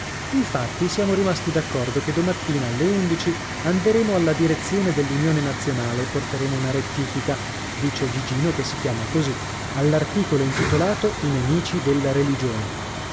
infatti siamo rimasti d'accordo che domattina alle undici anderemo alla direzione dell'unione nazionale e porteremo una rettifica dice gigino che si chiama così all'articolo intitolato i nemici della religione